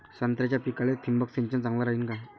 संत्र्याच्या पिकाले थिंबक सिंचन चांगलं रायीन का?